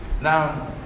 Now